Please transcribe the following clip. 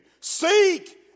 Seek